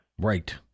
Right